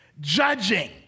judging